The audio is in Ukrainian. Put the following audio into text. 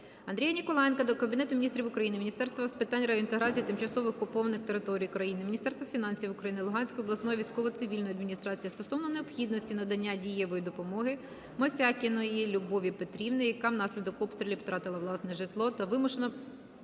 Андрія Ніколаєнка до Кабінету Міністрів України, Міністерства з питань реінтеграції тимчасово окупованих територій України, Міністерства фінансів України, Луганської обласної військово-цивільної адміністрації стосовно необхідності надання дієвої допомоги Мосякіної Любові Петрівни, яка внаслідок обстрілів втратила власне житло та вимушено